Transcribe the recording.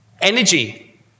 energy